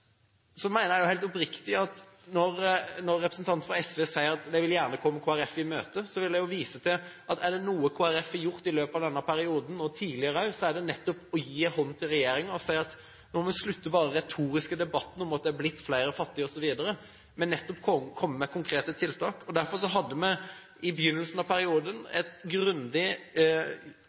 Så mener jeg helt oppriktig at når representanter fra SV sier at de gjerne vil komme Kristelig Folkeparti i møte, vil jeg vise til at er det noe Kristelig Folkeparti har gjort i løpet av denne perioden – og tidligere også – så er det nettopp å gi en hånd til regjeringen og si at nå må vi slutte den retoriske debatten om at det er blitt flere fattige, osv. Man må nettopp komme med konkrete tiltak. Derfor hadde vi i begynnelsen av perioden et grundig,